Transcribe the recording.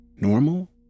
normal